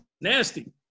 nasty